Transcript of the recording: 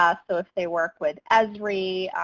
ah so if they work with esri,